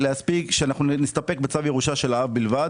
שאנחנו נסתפק בצו ירושה של האב בלבד.